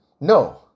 no